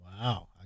Wow